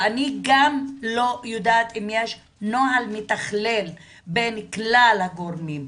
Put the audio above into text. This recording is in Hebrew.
ואני גם לא יודעת אם יש נוהל מתכלל בין כלל הגורמים: